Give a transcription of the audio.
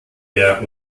der